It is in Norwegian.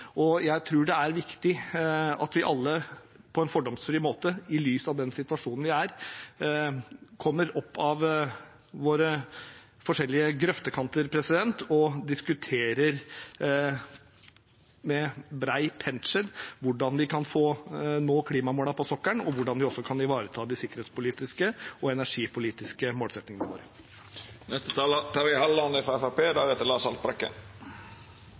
og jeg tror det er viktig at vi alle på en fordomsfri måte – i lys av den situasjonen vi er i – kommer opp av våre forskjellige grøftekanter og diskuterer med bred pensel hvordan vi kan nå klimamålene på sokkelen, og hvordan vi også kan ivareta de sikkerhetspolitiske og energipolitiske målsettingene.